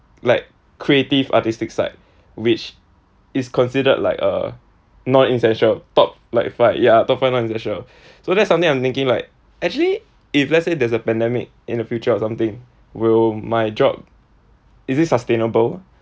like creative artistic side which is considered like a non-essential top like five ya top five non-essential so that's something I'm thinking like actually if let's say there's a pandemic in the future or something will my job is it sustainable